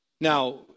Now